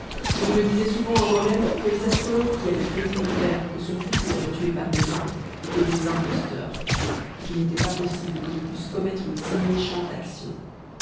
que je me disais souvent à moi-même que les astrologues qui avaient prédit au père que son fils serait tué par mes mains étaient des imposteurs et qu'il n'était pas possible que je pusse commettre une si méchante action